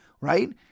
Right